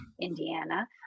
Indiana